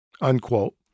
unquote